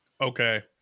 okay